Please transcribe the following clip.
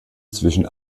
zwischen